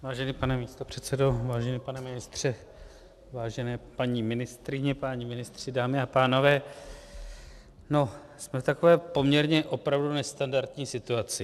Vážený pane místopředsedo, vážený pane ministře, vážené paní ministryně, páni ministři, dámy a pánové, jsme v takové poměrně opravdu nestandardní situaci.